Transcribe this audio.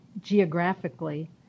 geographically